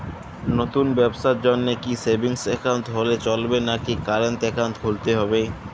নতুন ব্যবসার জন্যে কি সেভিংস একাউন্ট হলে চলবে নাকি কারেন্ট একাউন্ট খুলতে হবে?